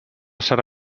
serà